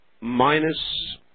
minus